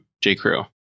J.Crew